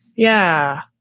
yeah,